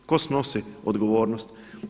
Tko snosi odgovornost?